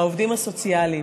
העובדים הסוציאליים.